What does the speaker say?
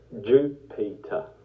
jupiter